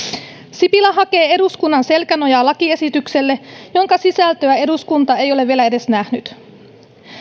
sipilä hakee eduskunnan selkänojaa lakiesitykselle jonka sisältöä eduskunta ei ole vielä edes nähnyt